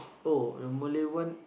oh the Malay one